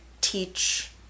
teach